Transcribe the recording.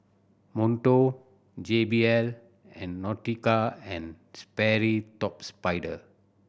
Monto J B L and Nautica and Sperry Top Sider